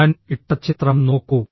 ഞാൻ ഇട്ട ചിത്രം നോക്കൂ